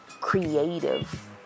creative